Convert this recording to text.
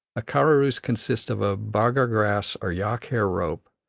a karorus consists of a bagar-grass or yak-hair rope,